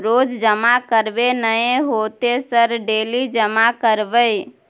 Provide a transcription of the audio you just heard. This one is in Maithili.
रोज जमा करबे नए होते सर डेली जमा करैबै?